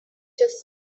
just